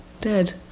dead